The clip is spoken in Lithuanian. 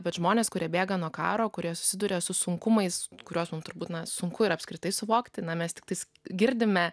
bet žmonės kurie bėga nuo karo kurie susiduria su sunkumais kurios mums turbūt sunku ir apskritai suvokti na mes tiktais girdime